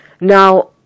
Now